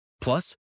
Plus